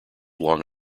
long